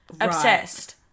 Obsessed